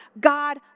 God